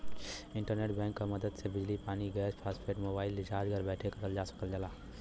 internet bank क मदद से बिजली पानी गैस फास्टैग मोबाइल रिचार्ज घर बैठे करल जा सकल जाला